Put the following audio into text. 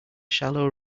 shallow